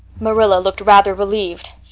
marilla looked rather relieved.